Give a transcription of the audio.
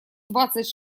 двадцать